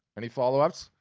any follow-ups?